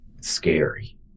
scary